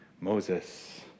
Moses